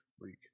week